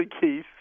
Keith